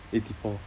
eighty four